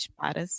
para